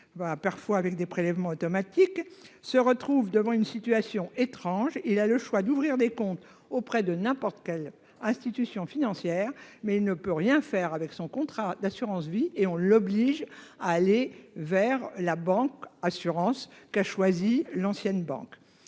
parfois avec des prélèvements automatiques, se retrouve dans une situation étrange. Il peut ouvrir des comptes auprès de n'importe quelle institution financière, mais il ne peut rien faire pour son contrat d'assurance vie. On l'oblige même à aller vers la banque ou l'assurance choisie par l'ancien